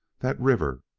that river,